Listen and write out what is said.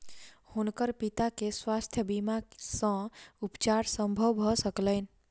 हुनकर पिता के स्वास्थ्य बीमा सॅ उपचार संभव भ सकलैन